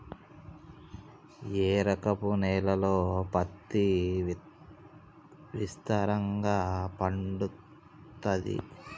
ఏ రకపు నేలల్లో పత్తి విస్తారంగా పండుతది?